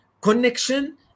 connection